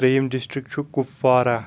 ،تریٚیم district چھُ کپواراہ